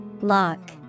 Lock